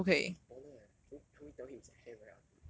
!wah! damn baller eh can you help me tell him his hair very ugly